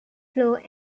floor